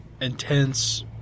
intense